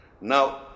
Now